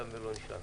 תם ולא נשלם.